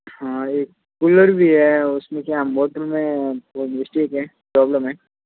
हाँ एक कूलर भी है और उसमें क्या है मोटर में कोई मिस्टेक है प्रॉब्लम है